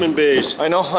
and bays. i know.